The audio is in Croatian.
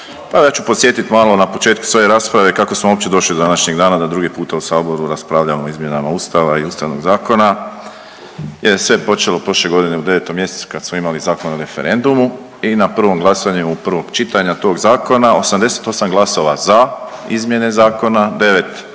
ja ću podsjetit malo na početku svoje rasprave kako smo uopće došli do današnjeg dana da drugi puta u Saboru raspravljamo o izmjenama Ustava i Ustavnog zakona jer je sve počelo prošle godine u devetom mjesecu kad smo imali Zakon o referendumu i na prvom glasanju prvog čitanja tog zakona 88 glasova za izmjene zakona, 9 protiv